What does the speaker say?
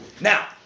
Now